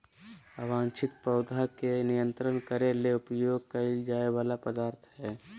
अवांछित पौधा के नियंत्रित करे ले उपयोग कइल जा वला पदार्थ हइ